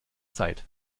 zeit